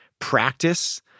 practice